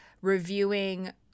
Reviewing